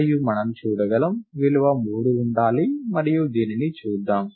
మరియు మనం చూడగలము విలువ 3 ఉండాలి మరియు దీనిని చూద్దాం